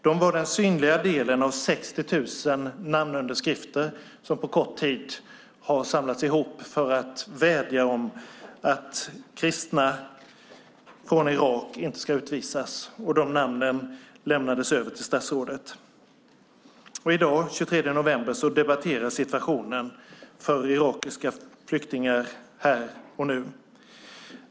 De var den synliga delen av 60 000 namnunderskrifter som på kort tid har samlats in med en vädjan om att kristna från Irak inte ska utvisas. Dessa namnunderskrifter lämnades över till statsrådet. I dag den 23 november debatteras situationen för irakiska flyktingar här och nu.